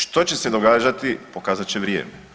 Što će se događati pokazat će vrijeme.